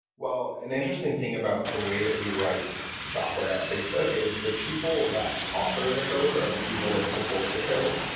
an interesting thing about the way that we write software at facebook is the people that author the code or the people that support the code,